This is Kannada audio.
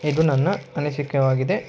ಇದು ನನ್ನ ಅನಿಸಿಕೆವಾಗಿದೆ